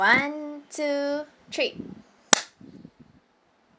one two three